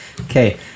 okay